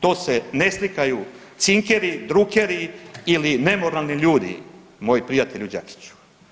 To se ne slikaju cinkeri, drukeri ili nemoralni ljudi, moj prijatelju Đakiću.